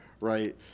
right